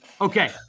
Okay